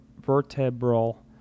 vertebral